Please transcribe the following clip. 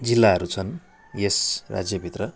जिल्लाहरू छन् यस राज्यभित्र